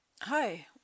Hi